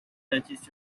touches